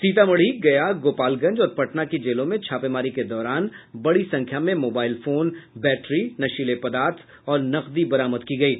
सीतामढ़ी गया गोपालगंज और पटना की जेलों में छापेमारी के दौरान बड़ी संख्या में मोबाईल फोन बैट्री नशीले पदार्थ और नकदी बरामद की गयी